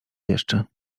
jeszcze